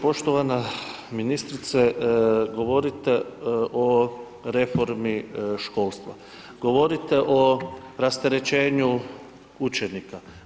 Poštovana ministrice, govorite o reformi školstva, govorite o rasterećenju učenika.